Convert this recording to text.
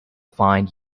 find